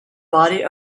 body